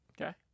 okay